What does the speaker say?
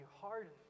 hardened